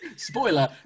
Spoiler